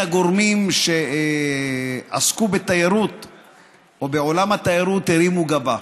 הגורמים שעסקו בעולם התיירות הרימו גבה.